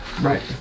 Right